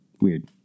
weird